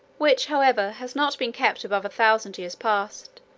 which, however, has not been kept above a thousand years past,